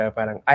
Parang